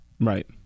Right